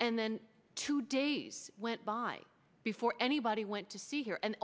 and then two days went by before anybody went to see here and